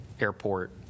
airport